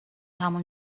همون